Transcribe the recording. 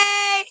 Hey